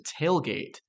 tailgate